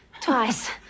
twice